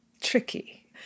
tricky